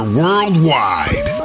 worldwide